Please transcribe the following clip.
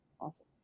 Awesome